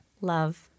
love